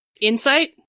Insight